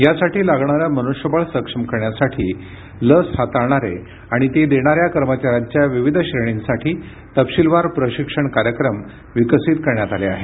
यासाठी लागणारं मनुष्यबळ सक्षम करण्यासाठी लस हाताळणारे आणि ती देणाऱ्या कर्मचाऱ्यांच्या विविध श्रेणींसाठी तपशिलवार प्रशिक्षण कार्यक्रम विकसित करण्यात आले आहेत